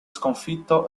sconfitto